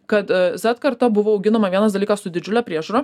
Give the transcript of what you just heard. kad z karta buvo auginama vienas dalykas su didžiule priežiūra